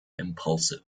impulsive